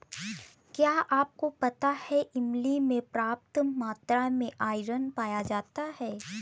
क्या आपको पता है इमली में पर्याप्त मात्रा में आयरन पाया जाता है?